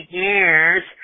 years